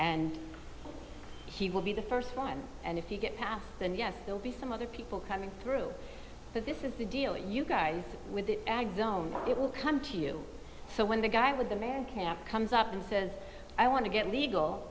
and she will be the first one and if you get passed then yes there'll be some other people coming through but this is the deal you guys with it will come to you so when the guy with the main camp comes up and says i want to get legal